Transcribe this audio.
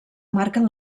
marquen